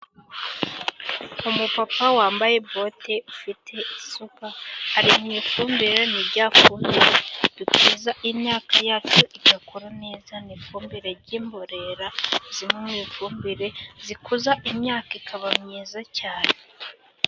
Umupapa wambaye bote, ufite isuka, ari mu ifumbire, ni rya fumbire duteza imyaka yacu igakura neza, ni ifumbire ry'imborera, zimwe mu ifumbire zikuza imyaka ikaba myiza cyane.